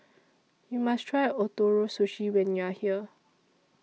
YOU must Try Ootoro Sushi when YOU Are here